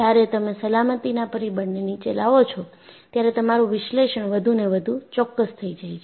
જ્યારે તમે સલામતીના પરિબળને નીચે લાવો છો ત્યારે તમારું વિશ્લેષણ વધુ ને વધુ ચોક્કસ થઈ જાય છે